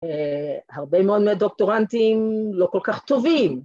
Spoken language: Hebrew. הרבה מאוד מדוקטורנטים לא כל כך טובים